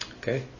Okay